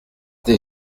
des